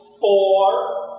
four